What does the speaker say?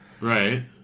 Right